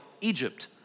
Egypt